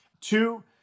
Two